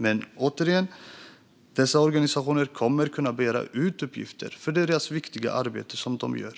Men återigen: Dessa organisationer kommer att kunna begära ut uppgifter för det viktiga arbete som de gör.